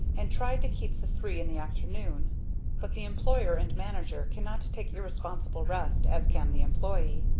and tried to keep the three in the afternoon but the employer and manager cannot take irresponsible rest as can the employee.